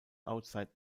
outside